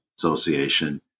association